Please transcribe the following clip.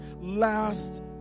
last